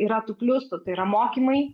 yra tų pliusų tai yra mokymai